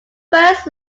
first